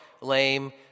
lame